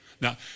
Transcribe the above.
Now